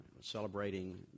celebrating